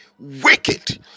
wicked